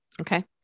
Okay